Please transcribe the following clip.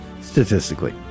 Statistically